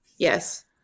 Yes